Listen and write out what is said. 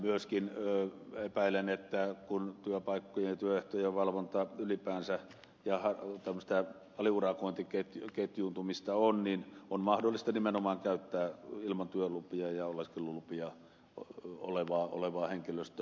myöskin epäilen että kun työpaikkojen ja työehtojen valvontaa ylipäänsä ja tämmöistä aliurakointiketjuuntumista on niin on mahdollista nimenomaan käyttää ilman työlupia ja ilman oleskelulupia olevaa henkilöstöä